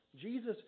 Jesus